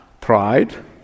Pride